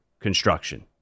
construction